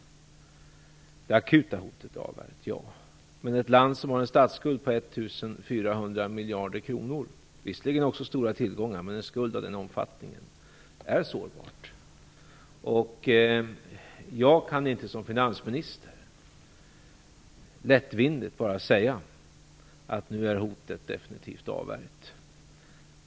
Det akuta hotet är avvärjt, men ett land som har en statsskuld på 1 400 miljader kronor är sårbart. Vi har visserligen också stora tillgångar, men det handlar om en skuld av den omfattningen. Jag kan inte som finansminister bara lättvindigt säga att hotet nu definitivt är avvärjt.